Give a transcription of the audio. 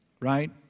right